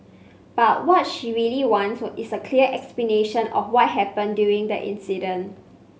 but what she really wants is a clear explanation of what happened during that incident